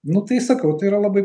nu tai sakau tai yra labai